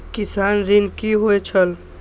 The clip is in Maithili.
किसान ऋण की होय छल?